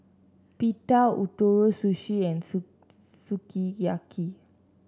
Pita Ootoro Sushi and Sukiyaki